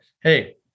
hey